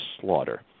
slaughter